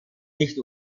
nicht